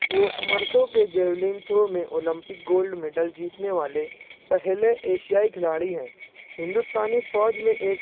وہ مردوں کے جیولن تھرو میں اولمپک گولڈ میڈل جیتنے والے پہلے ایشیائی کھلاڑی ہیں ہندوستانی فوج میں ایک